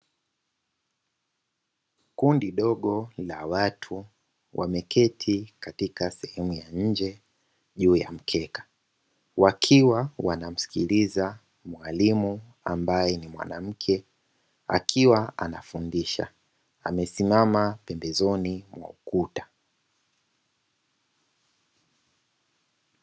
Kundi dogo la watu wameketi katika sehemu ya nje juu ya mkeka. Wakiwa wanammskiliza mwalimu ambaye ni mwanamke , akiwa anafundisha. Amesimama pembezoni mwa ukuta.